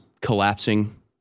collapsing